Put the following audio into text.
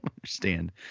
understand